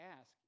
ask